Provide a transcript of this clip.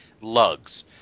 lugs